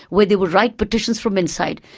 where they would write petitions from inside,